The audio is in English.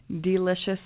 delicious